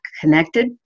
connected